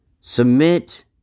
Submit